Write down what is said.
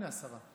הינה השרה.